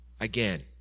again